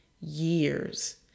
years